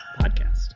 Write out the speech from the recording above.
podcast